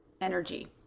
energy